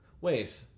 Wait